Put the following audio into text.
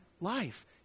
life